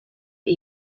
but